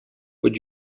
would